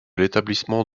l’établissement